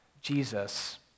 Jesus